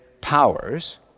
powers